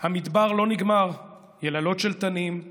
/ המדבר לא נגמר, יללות של תנים /